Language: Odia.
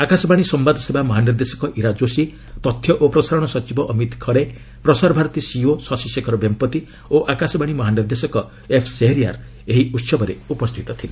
ଆକାଶବାଣୀ ସମ୍ଭାଦସେବା ମହାନିର୍ଦ୍ଦେଶକ ଇରା ଯୋଶୀ ତଥ୍ୟ ଓ ପ୍ରସାରଣ ସଚ୍ଚିବ ଅମିତ ଖରେ ପ୍ରସାର ଭାରତୀ ସିଇଓ ଶଶୀ ଶେଖର ବେମ୍ପତ୍ତି ଓ ଆକାଶବାଣୀ ମହାନିର୍ଦ୍ଦେଶ ଏଫ୍ ଶେହରୀୟାର୍ ଏହି ଉହବରେ ଉପସ୍ଥିତ ଥିଲେ